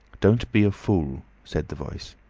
don't be a fool, said the voice.